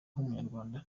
nk’umunyarwanda